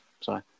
Sorry